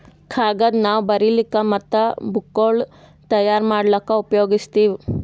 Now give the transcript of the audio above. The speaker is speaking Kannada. ಕಾಗದ್ ನಾವ್ ಬರಿಲಿಕ್ ಮತ್ತ್ ಬುಕ್ಗೋಳ್ ತಯಾರ್ ಮಾಡ್ಲಾಕ್ಕ್ ಉಪಯೋಗಸ್ತೀವ್